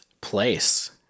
place